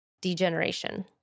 degeneration